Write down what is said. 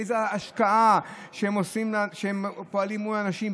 באיזו השקעה הם פועלים מול אנשים,